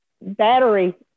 battery